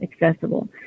accessible